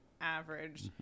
average